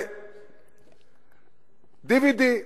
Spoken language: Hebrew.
די.וי.די,